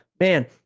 man